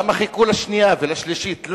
למה חיכו לשנייה ולשלישית?